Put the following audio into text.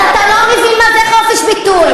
אז אתה לא מבין מה זה חופש ביטוי.